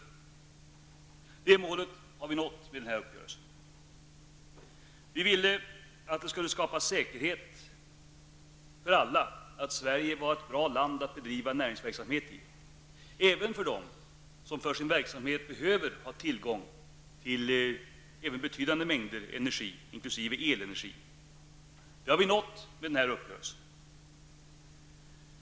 Det målet har vi nått med denna uppgörelse. Vi ville att alla skulle vara säkra på att Sverige var ett bra land att bedriva näringsverksamhet i, även för dem som för sin verksamhet behöver ha tillgång till betydande mängder energi, inkl. elenergi. Det har vi nått med denna uppgörelse.